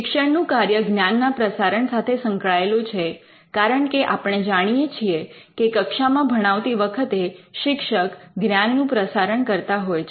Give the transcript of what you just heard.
શિક્ષણનું કાર્ય જ્ઞાનના પ્રસારણ સાથે સંકળાયેલું છે કારણકે આપણે જાણીએ છીએ કે કક્ષામાં ભણાવતી વખતે શિક્ષક જ્ઞાનનું પ્રસારણ કરતા હોય છે